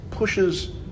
pushes